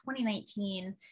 2019